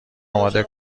اماده